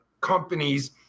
companies